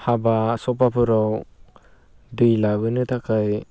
हाबा सभाफोराव दै लाबोनो थाखाय